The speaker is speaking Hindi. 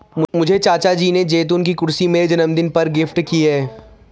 मुझे चाचा जी ने जैतून की कुर्सी मेरे जन्मदिन पर गिफ्ट की है